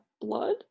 blood